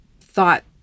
thought